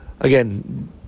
again